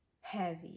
heavy